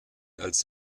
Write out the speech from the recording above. als